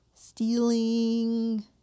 stealing